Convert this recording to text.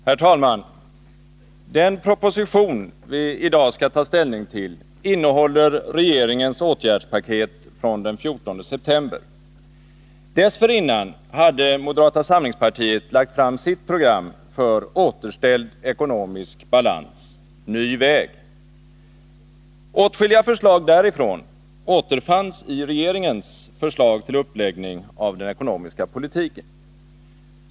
Herr talman! Den proposition vi i dag skall ta ställning till innehåller regeringens åtgärdspaket från den 14 september. Dessförinnan hade moderata samlingspartiet lagt fram sitt program för återställd ekonomisk balans, ”Ny väg”. Åtskilliga förslag därifrån återfanns i regeringens förslag till uppläggning av den ekonomiska politiken.